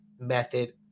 method